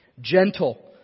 Gentle